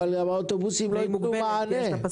אבל האוטובוסים לא יתנו מענה,